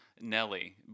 Nelly